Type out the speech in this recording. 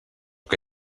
que